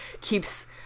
keeps